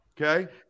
okay